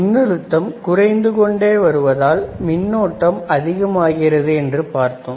மின்னழுத்தம் குறைந்து கொண்டே வருவதால் மின்னோட்டம் அதிகமாகிறது என்று பார்த்தோம்